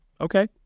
Okay